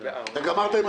אבל אם תראי,